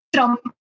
Trump